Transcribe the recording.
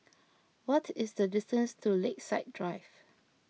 what is the distance to Lakeside Drive